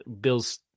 bills